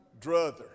Druther